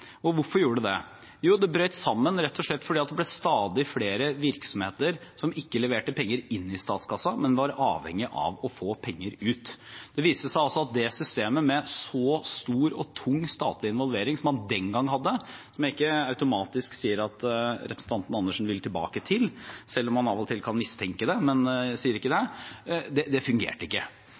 rett og slett fordi det ble stadig flere virksomheter som ikke leverte penger inn i statskassa, men var avhengige av å få penger ut. Det viste seg altså at det systemet, med så stor og tung statlig involvering som man den gang hadde – som jeg ikke automatisk sier at representanten Andersen vil tilbake til, selv om man av og til kan mistenke det, men jeg sier ikke det – fungerte ikke.